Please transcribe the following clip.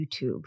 YouTube